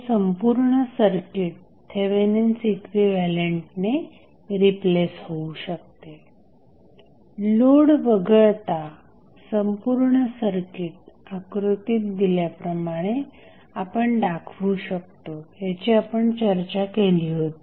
हे संपूर्ण circuit Thevenin's इक्विव्हॅलंटने रिप्लेस होऊ शकते लोड वगळता संपूर्ण सर्किट आकृतीत दिल्याप्रमाणे आपण दाखवू शकतो याची आपण चर्चा केली होती